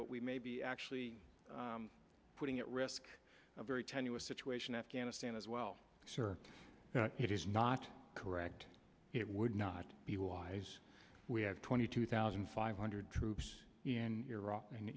but we may be actually putting at risk a very tenuous situation afghanistan as well it is not correct it would not be wise we have twenty two thousand five hundred troops in iraq and